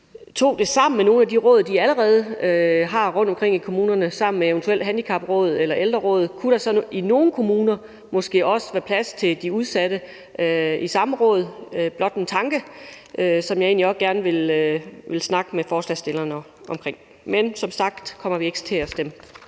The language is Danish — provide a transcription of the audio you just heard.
gøre det sammen med nogle af de råd, de allerede har rundtomkring i kommunerne, eventuelt sammen med handicapråd eller ældreråd, for så kunne der måske også i nogle kommuner være plads til de udsatte i samme råd. Det er blot en tanke, som jeg egentlig også gerne vil snakke med forslagsstillerne om. Men som sagt kommer vi ikke til at stemme